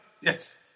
Yes